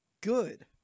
Good